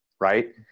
right